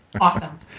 Awesome